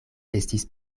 estis